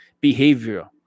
behavior